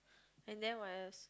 and then what else